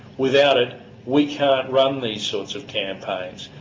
without it we can't run these sorts of campaigns.